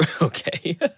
okay